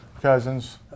cousins